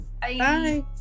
Bye